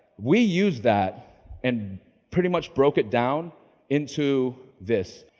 we use that and pretty much broke it down into this.